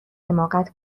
حماقت